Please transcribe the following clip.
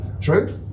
true